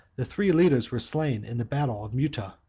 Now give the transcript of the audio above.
the three leaders were slain in the battle of muta,